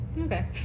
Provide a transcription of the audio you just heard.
Okay